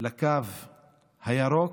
לקו הירוק,